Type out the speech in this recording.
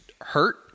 hurt